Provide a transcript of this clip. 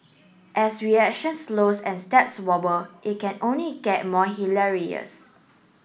as reactions slow and steps wobble it can only get more hilarious